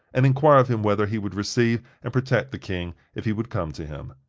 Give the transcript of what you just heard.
and inquire of him whether he would receive and protect the king if he would come to him.